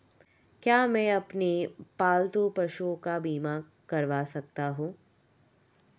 क्या मैं अपने पालतू पशुओं का बीमा करवा सकता हूं?